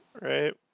right